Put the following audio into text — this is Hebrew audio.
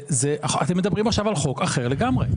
אתם מדברים עכשיו על חוק אחר לגמרי.